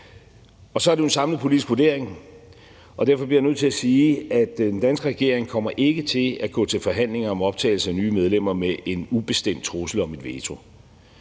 Så er det jo en samlet politisk vurdering. Derfor bliver jeg nødt til at sige, at den danske regering ikke kommer til at gå til forhandlinger om optagelse af nye medlemmer med en ubestemt trussel om et veto.